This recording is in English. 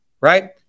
right